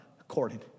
according